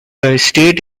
estate